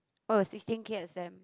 oh sixteen K a sem